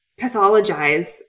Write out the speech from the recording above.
pathologize